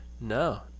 No